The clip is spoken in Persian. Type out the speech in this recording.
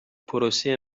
پروسه